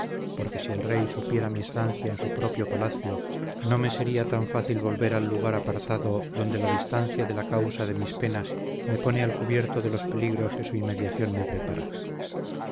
porque si el rey supiera mi estancia en su propio palacio no me sería tan fácil volver al lugar apartado donde la distancia de la causa de mis penas me pone a cubierto de los peligros que su inmediación me prepara